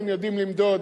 כן יודעים למדוד.